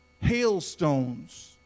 Hailstones